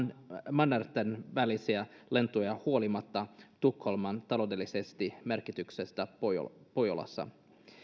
mannertenvälisiä lentoja huolimatta tukholman taloudellisesta merkityksestä pohjolassa